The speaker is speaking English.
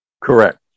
Correct